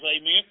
amen